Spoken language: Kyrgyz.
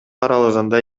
аралыгында